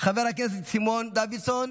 חבר הכנסת סימון דוידסון,